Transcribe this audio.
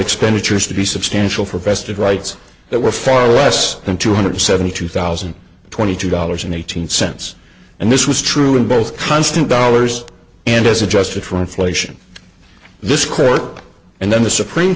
expenditures to be substantial for vested rights that were far less than two hundred seventy two thousand and twenty two dollars and eight hundred cents and this was true in both constant dollars and as adjusted for inflation this court and then the supreme